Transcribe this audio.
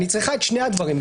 אני צריכה את שני הדברים,